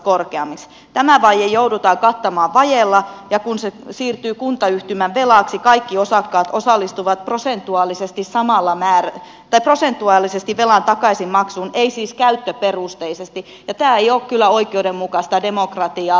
tä mä vaje joudutaan kattamaan velalla ja kun se siirtyy kuntayhtymän velaksi kaikki osakkaat osallistuvat prosentuaalisesti velan takaisinmaksuun ei siis käyttöperusteisesti ja tämä ei ole kyllä oikeudenmukaista demokratiaa